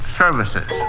services